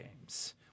games